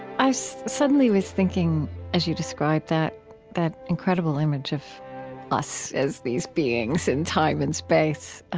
i suddenly was thinking as you described that that incredible image of us as these beings in time and space